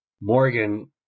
Morgan